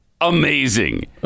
Amazing